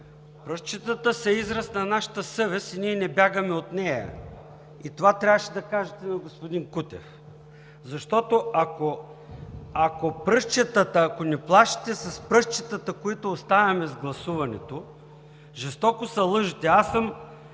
Пръстчетата са израз на нашата съвест и ние не бягаме от нея, и това трябваше да кажете на господин Кутев. Защото, ако ни плашите с пръстчетата, които оставяме с гласуването, жестоко се лъжете.